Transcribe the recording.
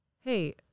hey